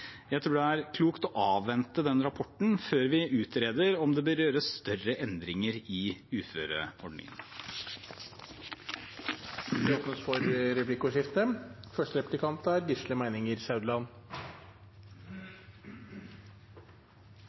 Jeg tror det er klokt å avvente den rapporten før vi utreder om det bør gjøres større endringer i uføreordningen. Det blir replikkordskifte. I framtidens velferdssamfunn er